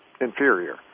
inferior